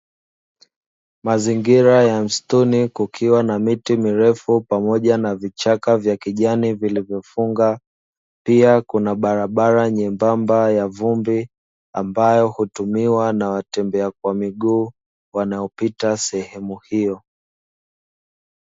Mazingira ya msituni, kukiwa na miti mirefu pamoja na vichaka vya kijani vilivyofunga, pia kuna barabara nyembamba ya vumbi ambayo hutumiwa na watembea kwa miguu wanaopita sehemu hiyo.